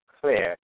clear